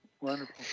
Wonderful